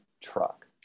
truck